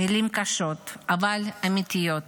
מילים קשות, אבל אמיתיות.